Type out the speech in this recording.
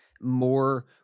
more